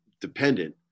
dependent